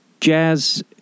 jazz